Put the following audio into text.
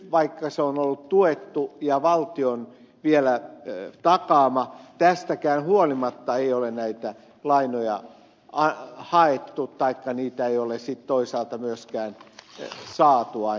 vaikka se on ollut tuettu ja valtion vielä takaama tästäkään huolimatta ei ole näitä lainoja haettu taikka niitä ei ole sitten toisaalta myöskään aina saatu